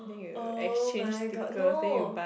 oh-my-god no